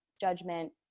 judgment